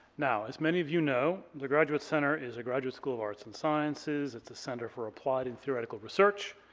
now, as many of you know the graduate center is a graduate school of arts and sciences. it's a center for applied and theoretical research,